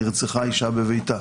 נרצחה אישה בביתה.